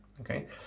Okay